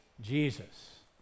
Jesus